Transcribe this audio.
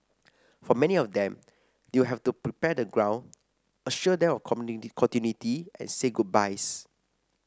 for many of them they will have to prepare the ground assure them of continuity and say goodbyes